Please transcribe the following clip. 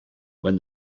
when